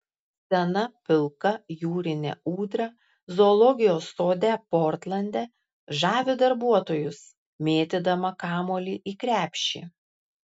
sena pilka jūrinė ūdra zoologijos sode portlande žavi darbuotojus mėtydama kamuolį į krepšį